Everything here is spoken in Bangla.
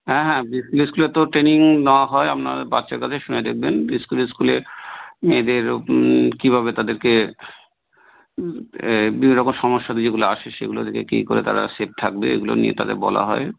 হ্যাঁ হ্যাঁ বিসনেস স্কুলে তো ট্রেনিং নেওয়া হয় আপনার বাচ্চার কাছে শুনে দেখবেন স্কুলে স্কুলে মেয়েদের কীভাবে তাদেরকে এ বিভিন্ন রকম সমস্যাদি যেগুলো আসে সেগুলো থেকে কী করে তারা স্থির থাকবে এগুলো নিয়ে তাদের বলা হয়